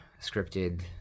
scripted